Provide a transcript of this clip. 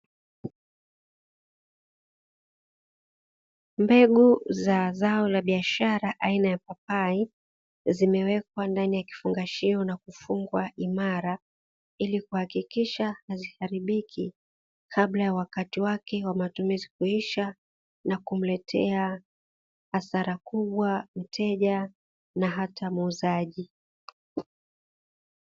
Mbegu za zao la biashara aina ya papai zimewekwa ndani ya kifungashio na kufungwa imara ili kuhakikisha haziharibiki kabla ya wakati wake wa matumizi kuisha na kumletea hasara kubwa mteja na hata muuzaji.